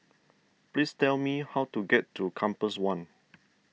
please tell me how to get to Compass one